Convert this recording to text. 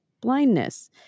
blindness